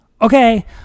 okay